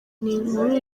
inkuru